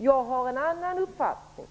Jag har en annan uppfattning.